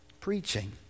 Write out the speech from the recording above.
preaching